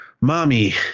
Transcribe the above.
Mommy